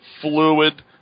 fluid